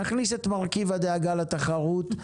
נכניס את מרכיב הדאגה לתחרות.